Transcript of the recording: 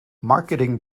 marketing